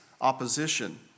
opposition